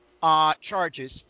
charges